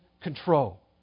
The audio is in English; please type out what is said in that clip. control